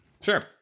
Sure